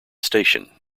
station